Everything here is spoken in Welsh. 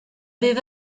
fydd